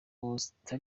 costa